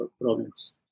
problems